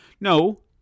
no